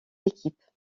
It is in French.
équipes